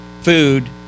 food